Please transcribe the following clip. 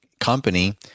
company